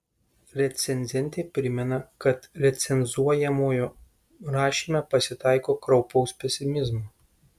recenzentė primena kad recenzuojamojo rašyme pasitaiko kraupaus pesimizmo